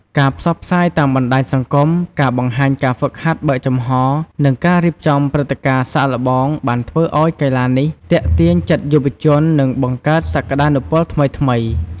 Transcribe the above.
ការផ្សព្វផ្សាយតាមបណ្តាញសង្គម ការបង្ហាញការហ្វឹកហាត់បើកចំហ និងការរៀបចំព្រឹត្តិការណ៍សាកល្បងបានធ្វើឲ្យកីឡានេះទាក់ទាញចិត្តយុវជននិងបង្កើតសក្តានុពលថ្មីៗ។